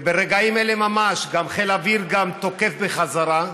ברגעים אלה ממש גם חיל האוויר תוקף בחזרה,